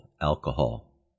alcohol